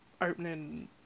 opening